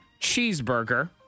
cheeseburger